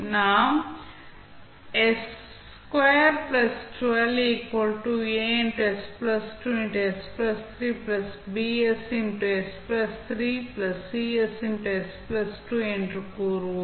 நாம் என்று கூறுவோம்